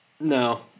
No